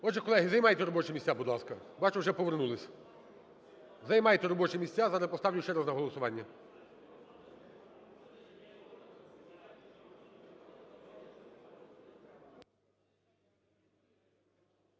Отже, колеги, займайте робочі місця, будь ласка, бачу, вже повернулись. Займайте робочі місця, зараз поставлю ще раз на голосування.